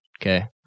Okay